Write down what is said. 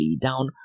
down